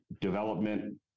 development